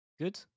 good